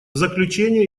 заключение